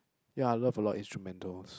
ya I love a lot instrumentals